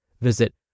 Visit